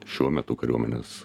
šiuo metu kariuomenės